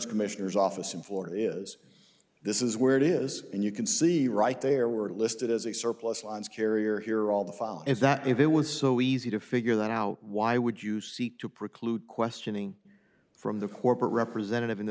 commissioner's office in florida is this is where it is and you can see right there were listed as a surplus lines carrier here all the file is that it was so easy to figure that out why would you seek to preclude questioning from the corporate representative in the